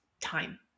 time